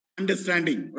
understanding